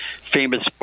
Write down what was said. famous –